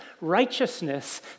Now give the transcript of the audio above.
righteousness